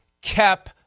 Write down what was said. kept